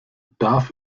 darf